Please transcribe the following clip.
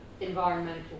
environmental